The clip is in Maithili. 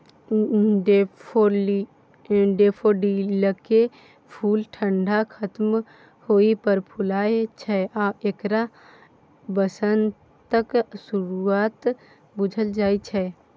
डेफोडिलकेँ फुल ठंढा खत्म होइ पर फुलाय छै आ एकरा बसंतक शुरुआत बुझल जाइ छै